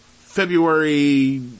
February